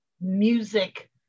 music